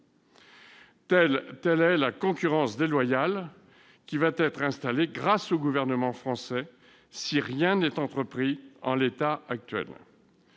Telle est la concurrence déloyale qui va être installée grâce au gouvernement français, si rien n'est entrepris en l'état actuel.